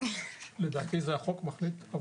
לדעתי זה החוק מחליט.